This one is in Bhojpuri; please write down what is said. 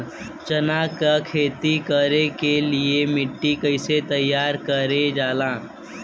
चना की खेती कर के लिए मिट्टी कैसे तैयार करें जाला?